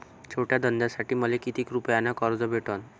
छोट्या धंद्यासाठी मले कितीक रुपयानं कर्ज भेटन?